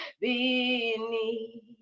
beneath